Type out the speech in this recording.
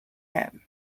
him